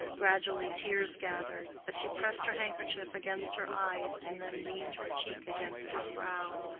gradually tears gathered, but she pressed her handkerchief against her eyes and then leaned her cheek against his brow,